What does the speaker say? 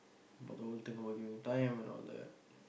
but the whole thing about you and time and all that